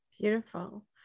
beautiful